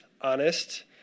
honest